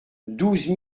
douze